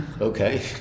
Okay